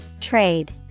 Trade